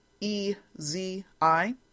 E-Z-I